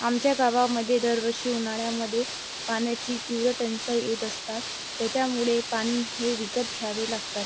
आमच्या गावामध्ये दरवर्षी उन्हाळ्यामध्ये पाण्याची तीव्र टंचाई येत असतात त्याच्यामुळे पाणी हे विकत घ्यावे लागतात